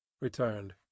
returned